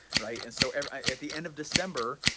right and so at the end of december,